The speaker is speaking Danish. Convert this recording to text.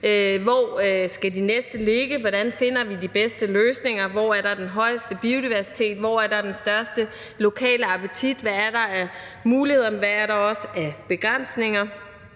hvor de næste skal ligge, hvordan vi finder de bedste løsninger, hvor der er den højeste biodiversitet, hvor der er den største lokale appetit, hvad der er af muligheder, men også hvad der er af begrænsninger.